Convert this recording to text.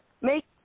make